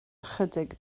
ychydig